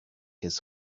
his